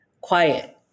quiet